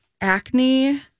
acne